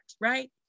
right